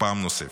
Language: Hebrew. פעם נוספת.